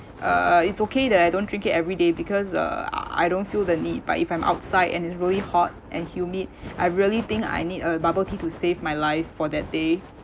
uh it's okay that I don't drink it every day because uh I don't feel the need but if I'm outside and it's really hot and humid I really think I need a bubble tea to save my life for that day